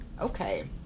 Okay